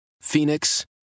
Phoenix